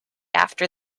after